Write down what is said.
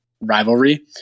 rivalry